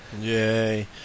Yay